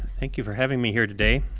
thank you for having me here today.